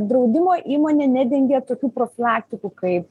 draudimo įmonė nedengia tokių profilaktikų kaip